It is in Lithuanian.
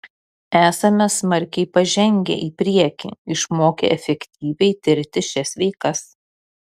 esame smarkiai pažengę į priekį išmokę efektyviai tirti šias veikas